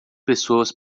pessoas